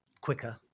quicker